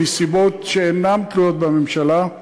מסיבות שאינן תלויות בממשלה,